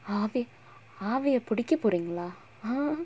ஆவி ஆவிய புடிக்க போறீங்களா:aavi aaviya pudikka poreengalaa